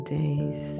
days